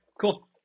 Cool